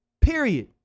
Period